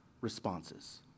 responses